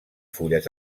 fulles